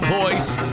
voice